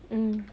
mm